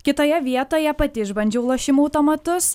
kitoje vietoje pati išbandžiau lošimų automatus